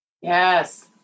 Yes